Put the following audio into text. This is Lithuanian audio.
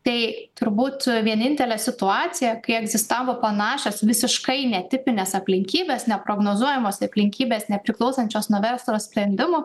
tai turbūt vienintelė situacija kai egzistavo panašios visiškai netipinės aplinkybės neprognozuojamos aplinkybės nepriklausančios nuo verslo sprendimų